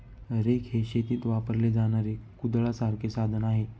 rake हे शेतीत वापरले जाणारे कुदळासारखे साधन आहे